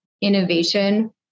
innovation